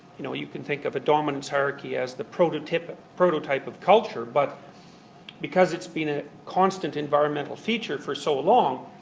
you know, you can think of a dominance hierarchy as the prototype of prototype of culture, but because it's been a constant environmental feature for so long,